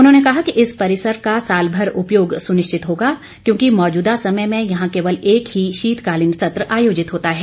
उन्होंने कहा कि इस परिसर का सालभर उपयोग सुनिश्चित होगा क्योंकि मौजूदा समय में यहां केवल एक ही शीतकालीन सत्र आयोजित होता है